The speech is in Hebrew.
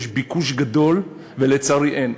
יש ביקוש גדול, ולצערי אין.